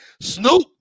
Snoop